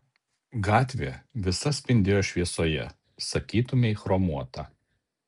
gatvė visa spindėjo šviesoje sakytumei chromuota